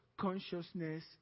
consciousness